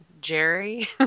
Jerry